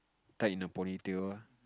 tied in a ponytail